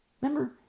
Remember